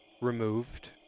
removed